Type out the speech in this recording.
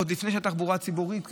עוד לפני התחבורה הציבורית,